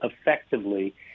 effectively